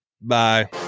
bye